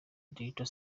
digital